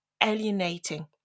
alienating